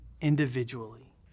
individually